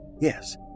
Yes